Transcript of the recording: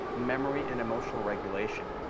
memory, and emotional regulation.